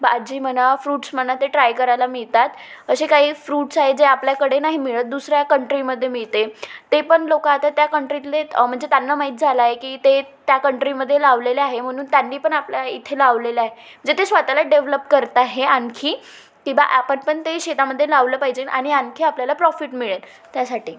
भाजी म्हणा फ्रुट्स म्हणा ते ट्राय करायला मिळतात असे काही फ्रूट्स आहेत जे आपल्याकडे नाही मिळत दुसऱ्या कंट्रीमध्ये मिळते ते पण लोक आता त्या कंट्रीतले म्हणजे त्यांना माहीत झाला आहे की ते त्या कंट्रीमध्ये लावलेले आहे म्हणून त्यांनी पण आपल्या इथे लावलेलं आहे जे ते स्वतःला डेव्हलप करत आहे आणखी की बा आपण पण ते शेतामध्ये लावलं पाहिजे आणि आणखी आपल्याला प्रॉफिट मिळेल त्यासाठी